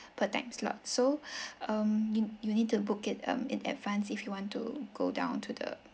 per time slot so um you you need to book it um in advance if you want to go down to the